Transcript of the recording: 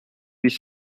huit